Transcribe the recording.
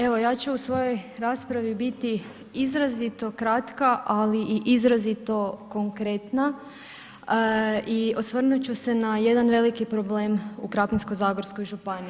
Evo ja ću u svojoj raspravi biti izrazito kratka ali i izrazito konkretna i osvrnut ću se na jedan veliki problem u Krapinsko-zagorskoj županiji.